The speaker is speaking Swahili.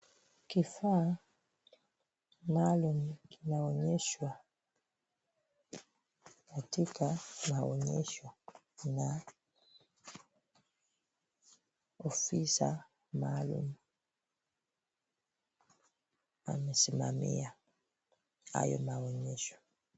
Kifaa maalumu kinaonyesha katika maonyesho na afisa maalumu amesimamia hayo maonyesho.